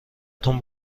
تون